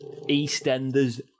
EastEnders